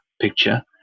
picture